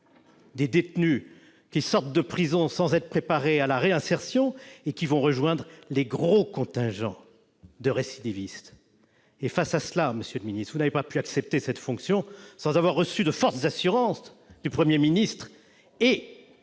des détenus qui sortent de prison sans être préparés à la réinsertion et qui vont rejoindre les gros contingents de récidivistes ... Face à cela, vous n'avez pas pu accepter cette fonction sans avoir reçu de fortes assurances du Premier ministre et